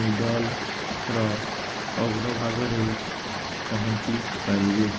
ନୀଡ଼ଲ୍ର ଅଗ୍ରଭାଗରେ ପହଞ୍ଚି ପାରିବେ